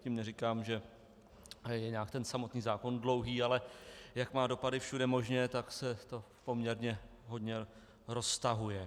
Tím neříkám, že je samotný zákon nějak dlouhý, ale jak má dopady všude možně, tak se to poměrně hodně roztahuje.